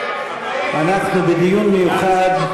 אנחנו בדיון מיוחד,